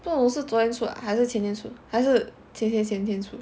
不懂是昨天出还是前天出还是前天前天出